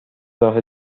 راه